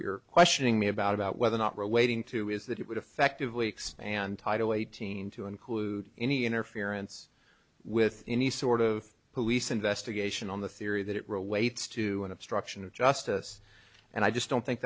you're questioning me about about whether or not relating to is that it would effectively expand title eighteen to include any interference with any sort of police investigation on the theory that it relates to an obstruction of justice and i just don't think